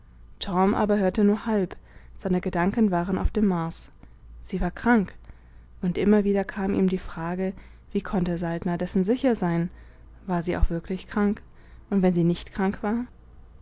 torm aber hörte nur halb seine gedanken waren auf dem mars sie war krank und immer wieder kam ihm die frage wie konnte saltner dessen sicher sein war sie auch wirklich krank und wenn sie nicht krank war